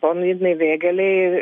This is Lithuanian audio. ponui ignui vėgėlei